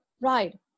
Right